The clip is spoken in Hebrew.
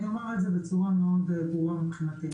אני אומר את זה בצורה מאוד ברורה מבחינתי.